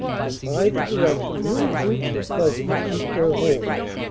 from either direction little groups of peasants seek their homes,